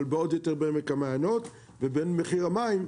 אבל עוד יותר בעמק המעיינות ובין מחיר המים,